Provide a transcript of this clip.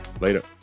Later